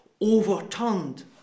overturned